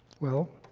well,